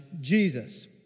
Jesus